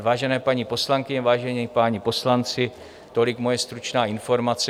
Vážené paní poslankyně, vážení páni poslanci, tolik moje stručná informace.